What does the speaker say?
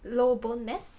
low bone mass